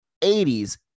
80s